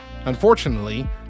Unfortunately